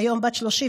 כיום בת 36,